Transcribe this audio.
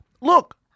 look